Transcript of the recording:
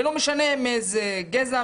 ולא משנה מאיזה גזע,